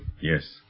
Yes